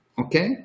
Okay